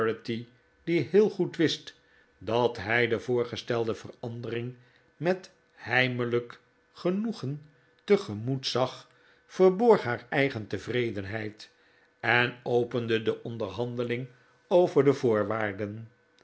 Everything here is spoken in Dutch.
die heel goed wist dat hij de voorgestelde verandering met heimelijk genoegen tegemoet zag verborg haar eigen tevredenheid en opende de onderhandeling over de voorwaarden